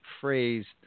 phrased